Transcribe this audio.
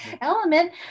element